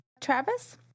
Travis